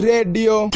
Radio